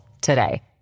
today